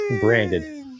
Branded